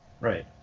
Right